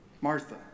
Martha